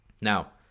now